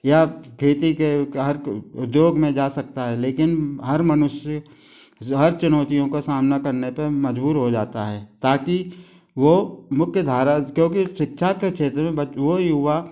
यह खेती के हर उद्योग में जा सकता है लेकिन हर मनुष्य हर चुनौतियों का सामना करने पर मजबूर हो जाता है ताकि वो मुख्यधारा क्योंकि शिक्षा के क्षेत्र में वो युवा